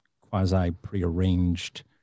quasi-prearranged